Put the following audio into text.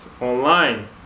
online